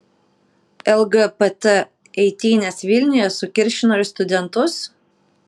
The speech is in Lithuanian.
lgbt eitynės vilniuje sukiršino ir studentus